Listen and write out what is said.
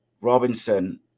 Robinson